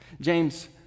James